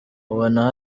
ubona